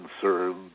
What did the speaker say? concerned